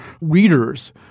readers